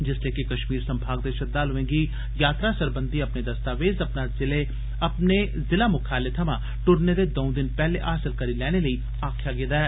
जिसलै कि कश्मीर संभाग दे श्रद्वालुएं गी यात्रा सरबंधी अपने दस्तावेज अपने जिला मुख्यालय थमां दुरने दे द'ऊ दिन पैह्ले हासल करी लैने लेई आक्खेआ गेदा ऐ